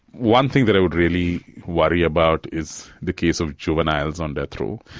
one thing that i would really worry about is the case of juveniles on death row.